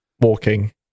Walking